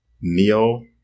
Neo